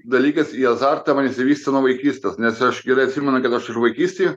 dalykas į azartą man išsivystė nuo vaikystės nes aš gerai atsimenu kad aš vaikystėj